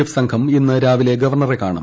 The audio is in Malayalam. എഫ് സംഘം ഇന്ന് രാവിലെ ഗവർണറെ കാണും